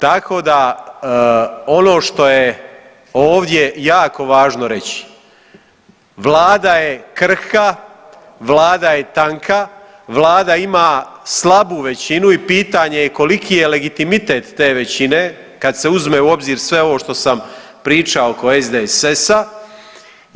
Tako da ono što je ovdje jako važno reći Vlada je krhka, Vlada je tanka, Vlada ima slabu većinu i pitanje je koliki je legitimitet te većine kad se uzme u obzir sve ovo što sam pričao oko SDSS-a.